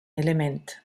element